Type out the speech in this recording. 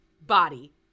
body